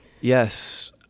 Yes